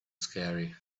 scary